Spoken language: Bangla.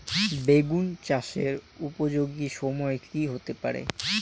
বেগুন চাষের উপযোগী সময় কি হতে পারে?